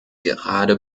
gerade